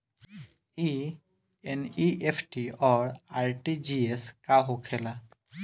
ई एन.ई.एफ.टी और आर.टी.जी.एस का होखे ला?